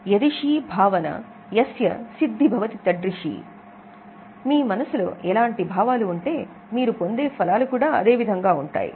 యదిషీ భావన యస్య సిద్ది భవతి తడ్రిషీ మీ మనస్సులో ఎలాంటి భావాలు ఉంటే మీరు పొందే ఫలాలు కూడా అదే విధంగా ఉంటాయి